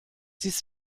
dies